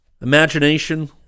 Imagination